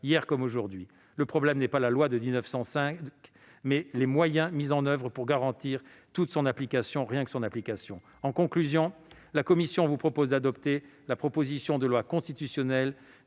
hier comme aujourd'hui. Le problème est non la loi du 9 décembre 1905, mais les moyens mis en oeuvre pour garantir toute son application, rien que son application. En conclusion, la commission vous propose d'adopter la proposition de loi constitutionnelle